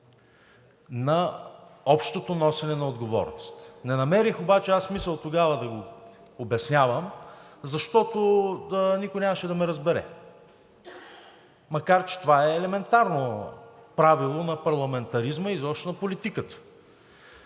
на общото носене на отговорност. Не намерих обаче аз смисъл тогава да Ви обяснявам, защото никой нямаше да ме разбере, макар че това е елементарно правило на парламентаризма и изобщо на политиката.